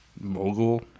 Mogul